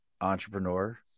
entrepreneur